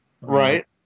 right